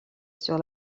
sur